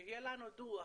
שיהיה לנו דוח,